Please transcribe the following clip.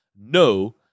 no